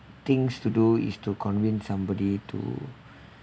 things to do is to convince somebody to